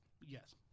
Yes